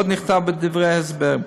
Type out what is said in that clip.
עוד נכתב בדברי ההסבר: